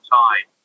time